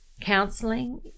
Counseling